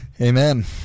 Amen